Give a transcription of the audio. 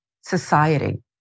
society